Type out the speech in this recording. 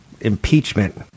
impeachment